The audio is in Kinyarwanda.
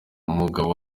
umugabo